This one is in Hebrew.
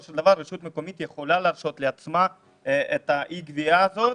של דבר רשות מקומית יכולה להרשות לעצמה את אי הגבייה הזאת